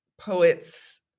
poets